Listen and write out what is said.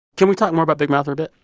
can we talk more about big mouth for a bit?